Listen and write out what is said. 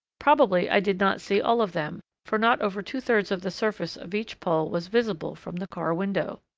probably i did not see all of them, for not over two-thirds of the surface of each pole was visible from the car window.